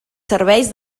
serveis